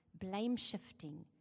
blame-shifting